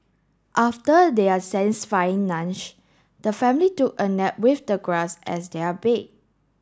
after their satisfying lunch the family took a nap with the grass as their bed